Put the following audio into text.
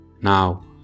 Now